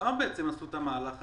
למה בעצם הם עשו את המהלך הזה?